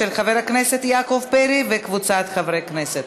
של חבר הכנסת יעקב פרי וקבוצת חברי הכנסת.